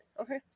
Okay